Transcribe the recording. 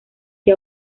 que